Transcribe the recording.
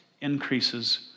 increases